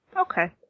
Okay